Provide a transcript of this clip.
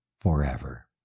forever